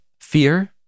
fear